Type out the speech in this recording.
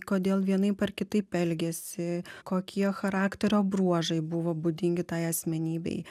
kodėl vienaip ar kitaip elgėsi kokie charakterio bruožai buvo būdingi tai asmenybei